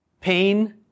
pain